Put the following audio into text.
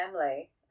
family